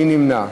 מי נמנע?